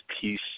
peace